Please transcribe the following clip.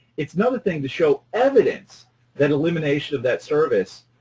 it's another thing to show evidence that elimination of that service,